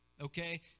Okay